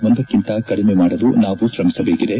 ಒಂದಕ್ಕಿಂತ ಕಡಿಮೆ ಮಾಡಲು ನಾವು ತ್ರಮಿಸಬೇಕಿದೆ